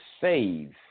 save